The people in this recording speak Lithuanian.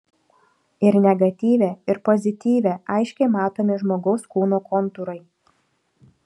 ir negatyve ir pozityve aiškiai matomi žmogaus kūno kontūrai